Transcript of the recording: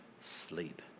sleep